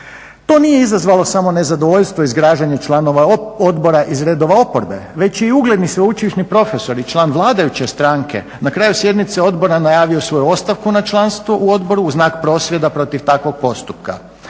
To nije izazvalo samo nezadovoljstvo i zgražanje članova odbora iz redova oporbe, već je i ugledni sveučilišni profesori i član vladajuće stranke na kraju sjednice odbora najavio svoju ostavku na članstvo u odboru u znak prosvjeda protiv takvog postupka.